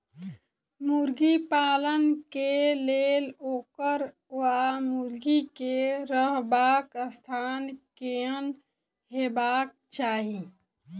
मुर्गी पालन केँ लेल ओकर वा मुर्गी केँ रहबाक स्थान केहन हेबाक चाहि?